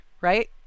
right